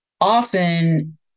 often